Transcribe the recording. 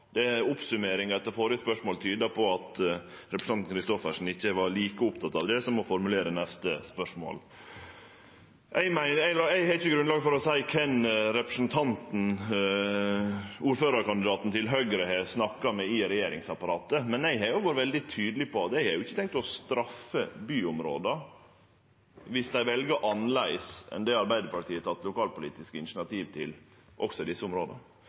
Oppsummeringa etter det førre spørsmålet tyder på at representanten Christoffersen ikkje var like oppteken av det som av å formulere neste spørsmål. Eg har ikkje grunnlag for å seie kven ordførarkandidaten til Høgre har snakka med i regjeringsapparatet. Men det eg har vore veldig tydeleg på, er at eg ikkje har tenkt å straffe byområda viss dei vel annleis enn det Arbeidarpartiet har teke lokalpolitisk initiativ til, også i desse områda.